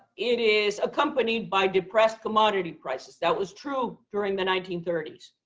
it is accompanied by depressed commodity prices. that was true during the nineteen thirty s.